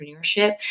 entrepreneurship